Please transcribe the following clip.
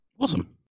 Awesome